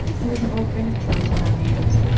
he was an old friend of charles borromeo s,